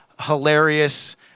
hilarious-